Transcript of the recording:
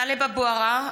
(קוראת בשמות חברי הכנסת) טלב אבו עראר,